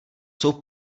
jsou